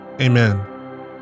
Amen